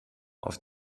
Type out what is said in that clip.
auf